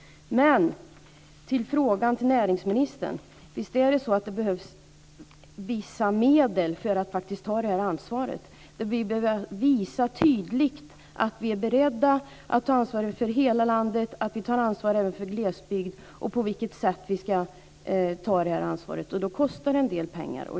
Så till frågan till näringsministern. Visst är det så att det behövs vissa medel för att faktiskt ta det här ansvaret. Vi behöver visa tydligt att vi är beredda att ta ansvaret för hela landet, att vi tar ansvar även för glesbygden och på vilket sätt vi ska ta det här ansvaret. Då kostar det en del pengar.